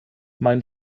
mein